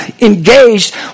engaged